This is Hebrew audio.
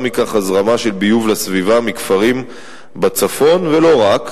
מכך להזרמה של ביוב לסביבה מכפרים בצפון ולא רק,